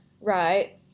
right